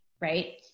right